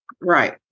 Right